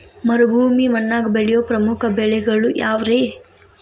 ಮರುಭೂಮಿ ಮಣ್ಣಾಗ ಬೆಳೆಯೋ ಪ್ರಮುಖ ಬೆಳೆಗಳು ಯಾವ್ರೇ?